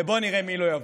ובוא נראה מי לא יבוא.